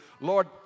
Lord